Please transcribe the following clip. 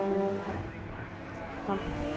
হুম হ